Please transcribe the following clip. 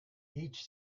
each